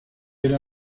era